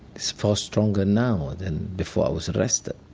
is far stronger now than before i was arrested.